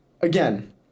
Again